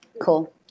Cool